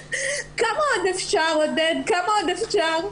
כמה עוד אפשר, עודד, כמה עוד אפשר?